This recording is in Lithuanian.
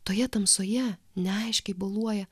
toje tamsoje neaiškiai boluoja